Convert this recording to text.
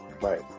Right